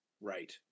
Right